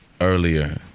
earlier